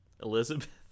elizabeth